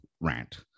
rant